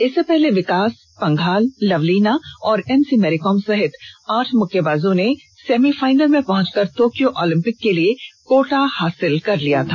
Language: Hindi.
इससे पहले विकास पंघाल लवलीना और एमसी मैरीकॉम सहित आठ मुक्केबाजों ने सेमीफाइनल में पहुंचकर तोक्यो ओलम्पिक के लिए कोटा हासिल कर लिया था